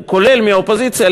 כולל מהאופוזיציה,